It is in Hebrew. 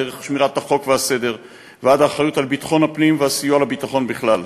דרך שמירת החוק והסדר ועד האחריות לביטחון הפנים והסיוע לביטחון בכלל,